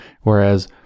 whereas